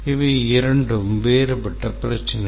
இவை இரண்டும் வேறுபட்ட பிரச்சினைகள்